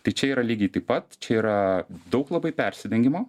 tai čia yra lygiai taip pat čia yra daug labai persidengimo